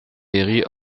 perry